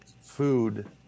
food